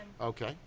Okay